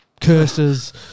curses